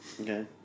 Okay